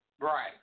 Right